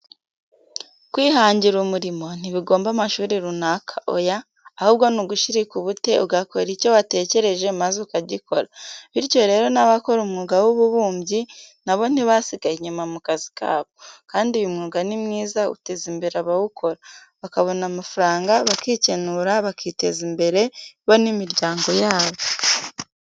Kwihangira uburimo ntibigomba amashuri runaka oya, ahubwo ni ugushiruka ubute ugakora icyo watekereje maze ukagikora, bityo rero n'abakora umwuga w'ububumbyi na bo ntibasigaye inyuma mu kazi kabo kandi uyu mwuga ni mwiza uteza imbere abawukora, bakabona amafaranga bakikenura bakiteza imbere bo n'imiryango yabo.